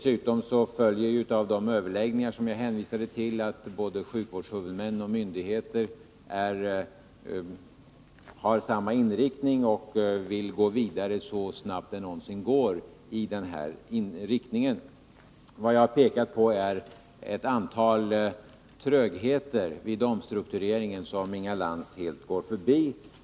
Som en följd av de överläggningar som jag hänvisat till har både sjukvårdshuvudmän och myndigheter samma inriktning. Man vill gå vidare så snabbt det någonsin är möjligt. Vad jag har pekat på är ett antal trögheter vid omstruktureringen, vilka Inga Lantz helt går förbi.